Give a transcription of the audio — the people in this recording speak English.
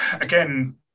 again